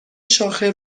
شاخه